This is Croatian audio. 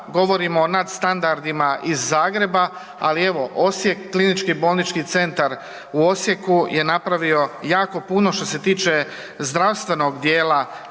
govorimo o nadstandardima iz Zagreba, ali evo Osijek, KBC u Osijeku je napravio jako puno što se tiče zdravstvenog dijela